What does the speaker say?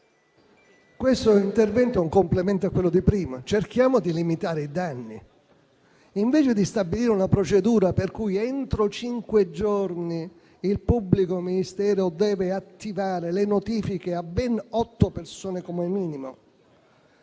questo intervento emendativo è un complemento del precedente: cerchiamo di limitare i danni. Invece di stabilire una procedura per cui entro cinque giorni il pubblico ministero deve attivare le notifiche a ben otto persone, come minimo,